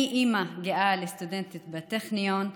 אני אימא גאה לסטודנטית בטכניון,